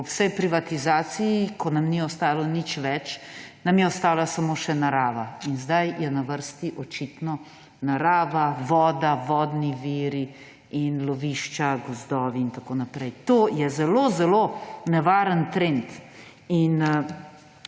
Ob vsej privatizaciji, ko nam ni ostalo nič več, nam je ostala samo še narava. In zdaj je na vrsti očitno narava, voda, vodni viri in lovišča, gozdovi in tako naprej. To je zelo zelo nevaren trend.